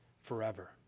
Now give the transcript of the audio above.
forever